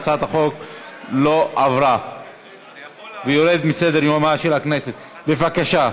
הצעת החוק עברה בקריאה הראשונה ותעבור לוועדת החוקה,